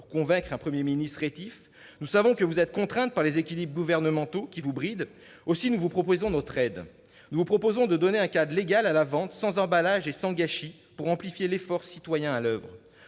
pour convaincre un Premier ministre rétif. Nous savons que vous êtes contrainte par les équilibres gouvernementaux, qui vous brident. Aussi, nous vous proposons notre aide. Nous vous proposons de donner un cadre légal à la vente sans emballage ni gâchis pour amplifier l'effort citoyen qui